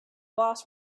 boss